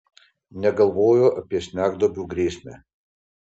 negalvojo apie smegduobių grėsmę